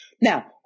Now